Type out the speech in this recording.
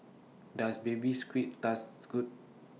Does Baby Squid Good